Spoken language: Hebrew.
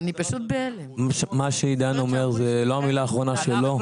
מה שעידן אומר זה לא המילה האחרונה שלו.